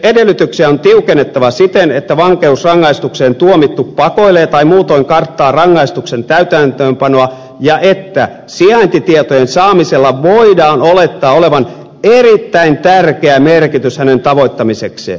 edellytyksiä on tiukennettava siten että vankeusrangaistukseen tuomittu pakoilee tai muutoin karttaa rangaistuksen täytäntöönpanoa ja että sijaintitietojen saamisella voidaan olettaa olevan erittäin tärkeä merkitys hänen tavoittamisekseen